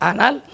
Anal